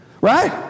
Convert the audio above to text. Right